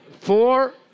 four